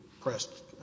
pressed